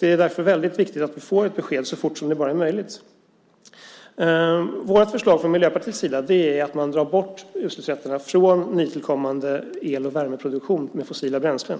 Det är därför viktigt att vi får ett besked så fort som det bara är möjligt. Miljöpartiets förslag är att dra bort utsläppsrätterna från nytillkommande el och värmeproduktion med fossila bränslen.